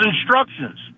instructions